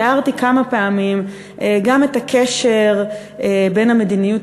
תיארתי כמה פעמים גם את הקשר בין המדיניות